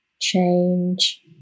change